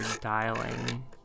dialing